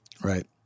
Right